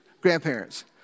grandparents